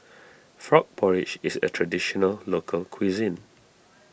Frog Porridge is a Traditional Local Cuisine